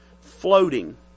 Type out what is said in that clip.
floating